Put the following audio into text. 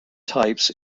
types